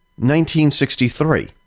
1963